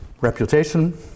reputation